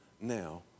now